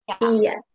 Yes